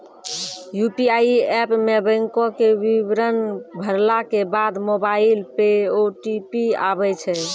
UPI app मे बैंको के विबरण भरला के बाद मोबाइल पे ओ.टी.पी आबै छै